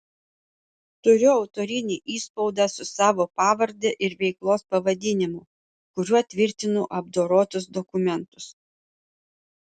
turiu autorinį įspaudą su savo pavarde ir veiklos pavadinimu kuriuo tvirtinu apdorotus dokumentus